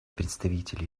представителей